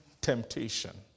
temptation